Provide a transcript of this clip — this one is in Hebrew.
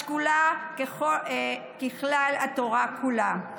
השקולה ככלל התורה כולה.